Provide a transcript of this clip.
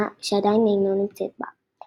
שעדיין אינו נמצא בה.